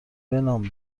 نام